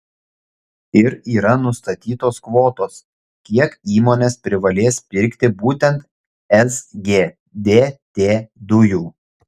ir yra nustatytos kvotos kiek įmonės privalės pirkti būtent sgdt dujų